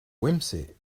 whimsy